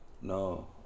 No